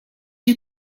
you